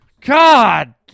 God